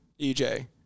EJ